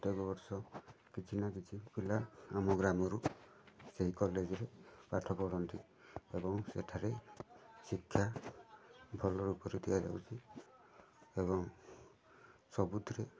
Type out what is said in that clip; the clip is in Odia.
ପ୍ରତ୍ୟେକ ବର୍ଷ କିଛି ନା କିଛି ପିଲା ଆମ ଗ୍ରାମରୁ ସେହି କଲେଜ୍ରେ ପାଠ ପଢ଼ନ୍ତି ଏବଂ ସେଠାରେ ଶିକ୍ଷା ଭଲ ରୂପରେ ଦିଆଯାଉଛି ଏବଂ ସବୁଥିରେ